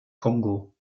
kongo